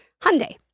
Hyundai